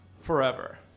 forever